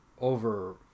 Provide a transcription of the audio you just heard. over